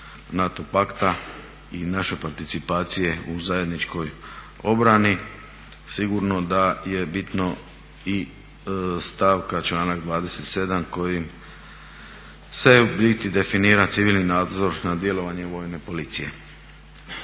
i naše participacije u zajedničkoj obrani. Sigurno da je bitno i stavka članak 27. kojim se u biti definira civilni nadzor nad djelovanjem Vojne policije.